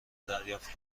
دریافت